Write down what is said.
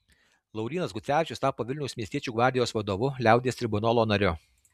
laurynas gucevičius tapo vilniaus miestiečių gvardijos vadovu liaudies tribunolo nariu